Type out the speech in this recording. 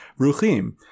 Ruchim